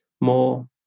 more